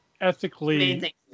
ethically